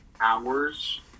hours